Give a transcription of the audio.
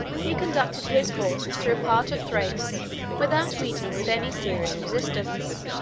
he conducted his forces through a part of thrace without meeting with any serious resistance,